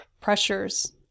pressures